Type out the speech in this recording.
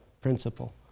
principle